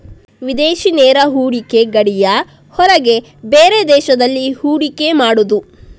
ವಿದೇಶಿ ನೇರ ಹೂಡಿಕೆ ಗಡಿಯ ಹೊರಗೆ ಬೇರೆ ದೇಶದಲ್ಲಿ ಹೂಡಿಕೆ ಮಾಡುದು